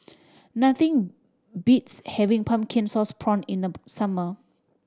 nothing beats having pumpkin sauce prawn in the summer